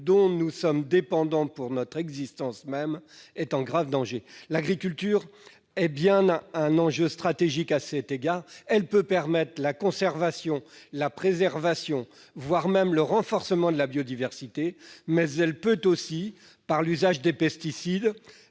dont nous sommes dépendants pour notre existence même, est en grave danger. L'agriculture est bien un enjeu stratégique à cet égard : elle peut permettre la conservation, la préservation, voire le renforcement de la biodiversité, mais elle peut aussi, par l'usage des pesticides